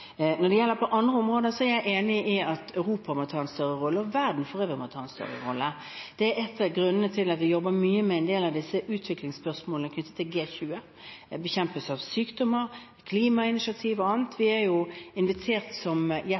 Når det gjelder andre områder, er jeg enig i at Europa – og verden for øvrig – må ta en større rolle. Det er en av grunnene til at vi jobber mye med en del av disse utviklingsspørsmålene knyttet til G20. Det er bekjempelse av sykdommer, klimainitiativ og annet. Vi er invitert som